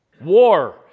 war